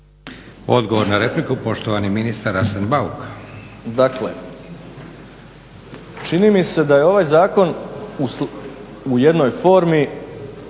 Odgovor na repliku, poštovani ministar Arsen Bauk.